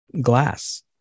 glass